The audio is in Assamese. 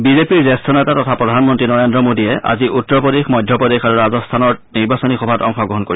বিজেপিৰ জ্যেষ্ঠ নেতা তথা প্ৰধানমন্তী নৰেন্দ্ৰ মোডীয়ে আজি উত্তৰ প্ৰদেশ মধ্যপ্ৰদেশ আৰু ৰাজস্থানত নিৰ্বাচনী সভাত অংশগ্ৰহণ কৰিব